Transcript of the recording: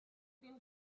been